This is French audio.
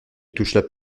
touchent